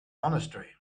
monastery